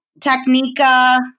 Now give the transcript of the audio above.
Technica